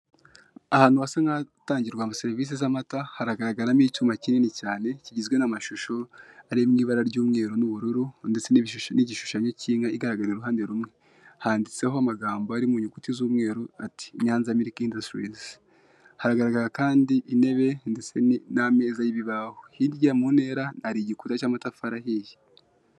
Ahantu hasa nkahatangirwa serivise z'amata haragaragaramo icyuma kinini cyane kigizwe n'amashusho ari mu ibara ry'umweru n'ubururu ndetse n'igishushanyo cy'inka igaragara m'uruhande rumwe, handitseho amagambo ari mu inyuguti z'umweru ati '' nyanza mirike indasitirizi'' haragaragara kandi intebe ndetse n'ameza y'ibibaho hirya mu intera hari igikuta cy'amadafari ahiye.